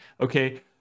okay